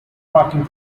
parking